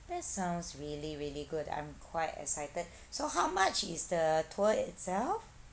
that sounds really really good I'm quite excited so how much is the tour itself